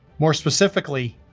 more specifically,